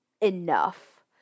enough